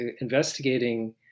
investigating